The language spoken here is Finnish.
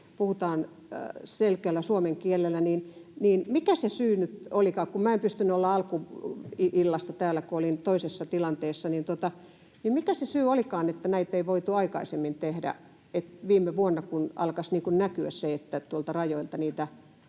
nyt olikaan, kun minä en pystynyt olemaan alkuillasta täällä, kun olin toisessa tilanteessa: Mikä se syy olikaan, että näitä ei voitu aikaisemmin tehdä, viime vuonna, kun alkoi näkyä se, että tuolta